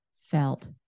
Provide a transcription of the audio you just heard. felt